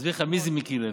אסביר לך מי זה מיקי לוי.